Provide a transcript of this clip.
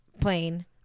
plane